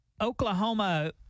Oklahoma